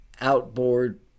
outboard